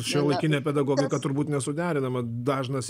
šiuolaikinė pedagogika turbūt nesuderinama dažnas